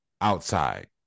outside